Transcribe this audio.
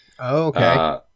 Okay